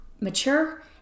mature